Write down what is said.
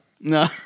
no